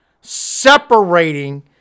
separating